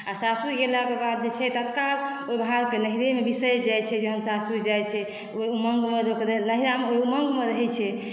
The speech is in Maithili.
आ सासुर गेलाक बाद जे छै तत्काल ओहि भाड़के नैहरिमे बिसरि जाइ छै जहन सासुर जाइ छै ओहि उमङ्गमे नैहरामे ओहि उमङ्ग मे रहै छै